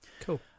Cool